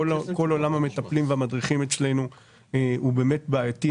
כל עולם המטפלים והמדריכים אצלנו הוא באמת בעייתי,